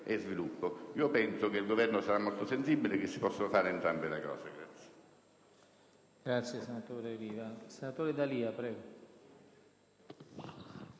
Penso che il Governo sarà molto sensibile e che si potranno fare entrambe le cose.